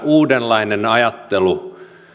uudenlainen ajattelutapa